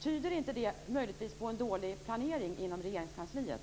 Tyder inte det möjligtvis på en dålig planering inom Regeringskansliet?